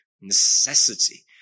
necessity